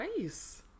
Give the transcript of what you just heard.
Nice